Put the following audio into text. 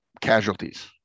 casualties